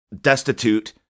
destitute